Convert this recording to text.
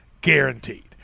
guaranteed